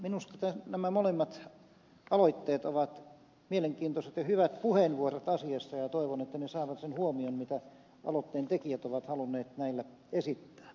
minusta nämä molemmat aloitteet ovat mielenkiintoiset ja hyvät puheenvuorot asiassa ja toivon että ne saavat sen huomion mitä aloitteentekijät ovat halunneet näillä esittää